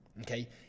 okay